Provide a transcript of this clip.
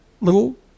little